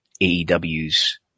aew's